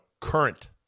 Current